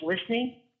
listening